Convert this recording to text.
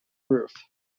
roof